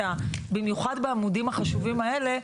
במיוחד בעמודים החשובים האלה,